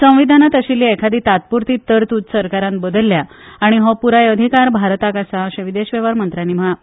संविधानात आशिल्ली एखादी तात्पुरती तरतूद सरकारान बदलल्या आनी हो पुराय अधिकार भारताक आसा अशे विदेश वेव्हार मंत्र्यानी म्हळा